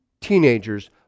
teenagers